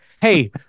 hey